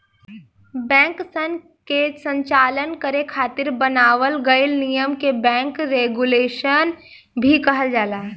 बैंकसन के संचालन करे खातिर बनावल गइल नियम के बैंक रेगुलेशन भी कहल जाला